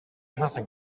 nothing